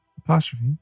Apostrophe